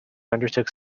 undertook